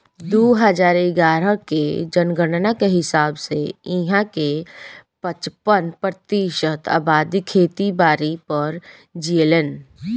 दू हजार इग्यारह के जनगणना के हिसाब से इहां के पचपन प्रतिशत अबादी खेती बारी पर जीऐलेन